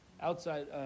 outside